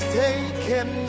taken